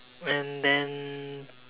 and then